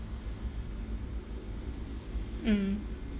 mm